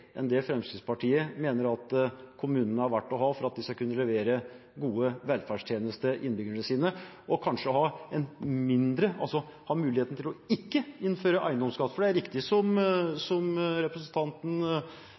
enn Fremskrittspartiet mener kommunene er verdt å få, for at de skal kunne levere gode velferdstjenester til innbyggerne sine og kanskje ha muligheten til å ikke innføre eiendomsskatt. For det er riktig som